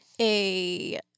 a-